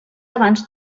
abans